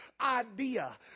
idea